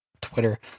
Twitter